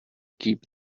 keep